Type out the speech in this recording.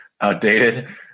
outdated